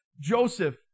Joseph